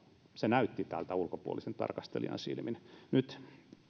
se näytti tältä ulkopuolisen tarkastelijan silmin nyt